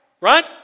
Right